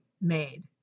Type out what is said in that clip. made